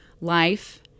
life